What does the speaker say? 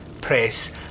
press